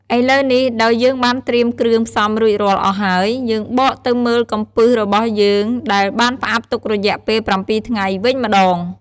ឥឡូវនេះដោយយើងបានត្រៀមគ្រឿងផ្សំរួចរាល់អស់ហើយ យើងបកទៅមើលកំពឹសរបស់យើងដែលបានផ្អាប់ទុករយៈពេល ៧ថ្ងៃវិញម្ដង។